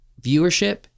viewership